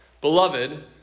Beloved